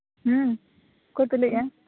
ᱚᱠᱚᱭ ᱯᱮ ᱞᱟᱹᱭ ᱮᱜᱼᱟ